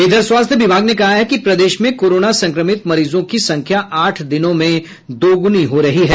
इधर स्वास्थ्य विभाग ने कहा है कि प्रदेश में कोरोना संक्रमित मरीजों की संख्या आठ दिनों में दोगुनी हो रही है